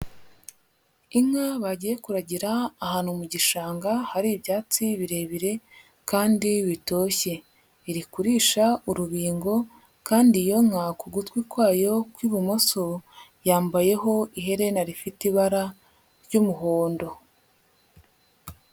Inka bagiye kuragira ahantu mu gishanga hari ibyatsi birebire kandi bitoshye, iri kurisha urubingo kandi iyo nka ku gutwi kwayo kw'ibumoso yambayeho iherena rifite ibara ry'umuhondo.